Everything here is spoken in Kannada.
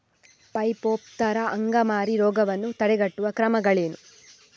ಪೈಟೋಪ್ತರಾ ಅಂಗಮಾರಿ ರೋಗವನ್ನು ತಡೆಗಟ್ಟುವ ಕ್ರಮಗಳೇನು?